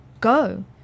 go